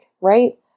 Right